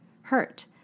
hurt